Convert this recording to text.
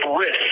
risk